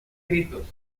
gritos